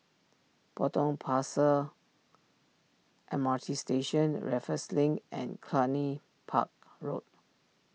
Potong Pasir M R T Station Raffles Link and Cluny Park Road